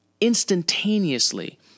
instantaneously